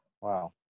Wow